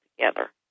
together